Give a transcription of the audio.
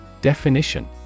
Definition